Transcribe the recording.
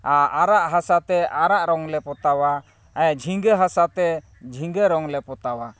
ᱟᱨᱟᱜ ᱦᱟᱥᱟ ᱛᱮ ᱟᱨᱟᱜ ᱨᱚᱝᱞᱮ ᱯᱚᱛᱟᱣᱟ ᱦᱮᱸ ᱡᱷᱤᱸᱜᱟᱹ ᱦᱟᱥᱟ ᱛᱮ ᱡᱷᱤᱸᱜᱟᱹ ᱨᱚᱝᱞᱮ ᱯᱚᱛᱟᱣᱟ